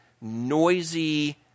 noisy